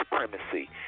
supremacy